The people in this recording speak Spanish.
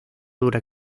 dura